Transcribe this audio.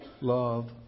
love